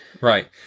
Right